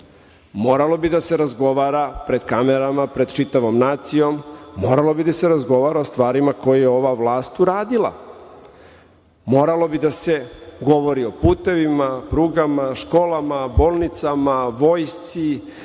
Moralo bi da se razgovara pred kamerama, pred čitavom nacijom, moralo bi da se razgovara o stvarima koje je ova vlast uradila. Moralo bi da se govori o putevima, prugama, školama, bolnicama, vojsci,